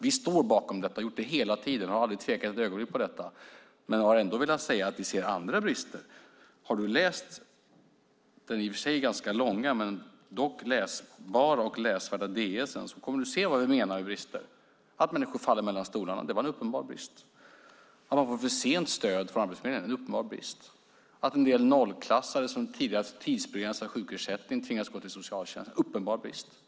Vi står bakom detta och har gjort det hela tiden. Vi har aldrig tvivlat ett ögonblick på detta. Men vi har ändå velat säga att vi ser andra brister. Om du läser den i och för sig ganska långa men dock läsbara och läsvärda departementsskrivelsen kommer du att se vad vi menar med brister. Att människor föll mellan stolarna var en uppenbar brist. Att människor fick för sent stöd från Arbetsförmedlingen var en uppenbar brist. Att en del nollklassades som tidigare hade haft tidsbegränsad sjukersättning och tvingades gå till socialtjänsten var en uppenbar brist.